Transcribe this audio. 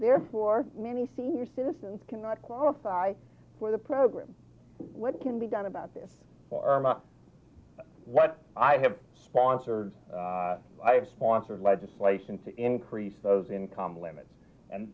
therefore many senior citizens cannot qualify for the program what can be done about this for what i have sponsored i have sponsored legislation to increase those income limits and